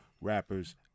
rappers